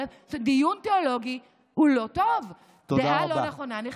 דיון תיאולוגי הוא לא טוב, תודה רבה.